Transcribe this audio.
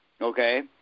okay